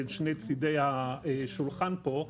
בין שני צידי השולחן פה.